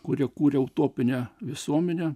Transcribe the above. kurie kūrė utopinę visuomenę